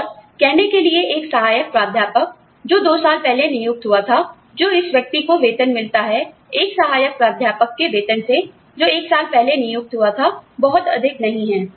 और कहने के लिए एक सहायक प्राध्यापक जो दो साल पहले नियुक्त हुआ था जो इस व्यक्ति को वेतन मिलता है एक सहायक प्राध्यापक के वेतन से जो एक साल पहले नियुक्त हुआ था बहुत अधिक नहीं है